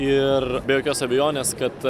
ir be jokios abejonės kad